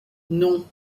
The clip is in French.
non